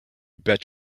bet